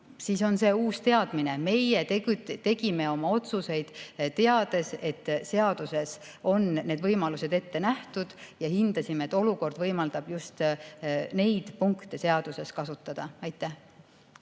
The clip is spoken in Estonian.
siis on see uus teadmine. Meie tegime oma otsuseid, teades, et seaduses on need võimalused ette nähtud, ja hindasime, et olukord võimaldab just neid punkte seadusest kasutada. Head